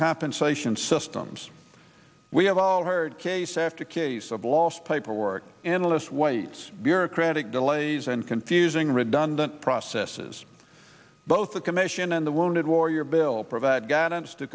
compensation systems we have all heard case after case of lost paperwork analyst waits bureaucratic delays and confusing redundant processes both the commission and the wounded warrior bill provide guidance to